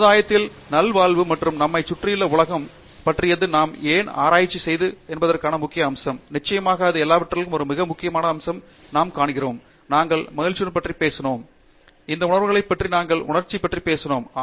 ஆகையால் சமுதாயத்தின் நல்வாழ்வு மற்றும் நம்மைச் சுற்றியுள்ள உலகைப் பற்றியது நாம் ஏன் ஆராய்ச்சி செய்வது என்பதற்கான முக்கிய அம்சம் நிச்சயமாக இது எல்லாவற்றிலும் ஒரு மிக முக்கியமான அம்சம் நாம் காண்கிறோம் நாங்கள் மகிழ்ச்சியைப் பற்றி பேசினோம் நாங்கள் பேசினோம் இந்த உணர்வுகளை பற்றி நாங்கள் உணர்ச்சி பற்றி பேசினேன்